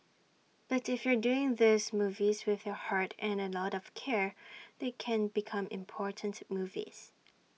but if you're doing these movies with your heart and A lot of care they can become important movies